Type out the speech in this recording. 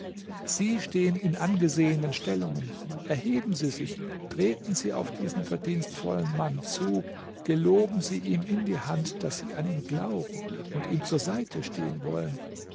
sie stehen in angesehenen stellungen erheben sie sich treten sie auf diesen verdienstvollen mann zu geloben sie ihm in die hand daß sie an ihn glauben und ihm zur seite stehen wollen